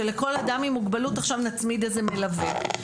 שלכל אדם עם מוגבלות עכשיו נצמיד איזה מלווה.